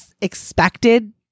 expected